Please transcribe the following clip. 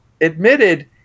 admitted